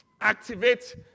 Activate